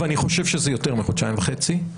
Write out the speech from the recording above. ואני חושב שזה יותר מחודשיים וחצי,